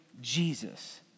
Jesus